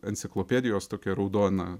enciklopedijos tokia raudona